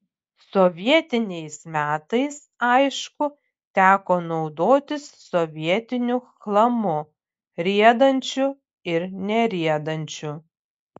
sovietiniais metais aišku teko naudotis sovietiniu chlamu riedančiu ir neriedančiu